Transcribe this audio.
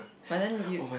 but then you